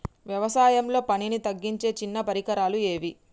వ్యవసాయంలో పనిని తగ్గించే చిన్న పరికరాలు ఏవి?